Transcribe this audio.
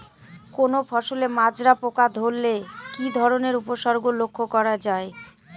কোনো ফসলে মাজরা পোকা ধরলে কি ধরণের উপসর্গ লক্ষ্য করা যায়?